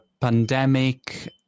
pandemic